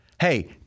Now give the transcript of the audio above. hey